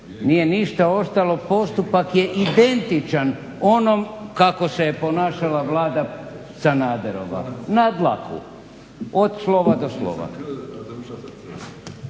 nije ništa ostalo, postupak je identičan onom kako se je ponašala Vlada, Sanaderova, na dlaku, od slova do slova.